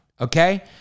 okay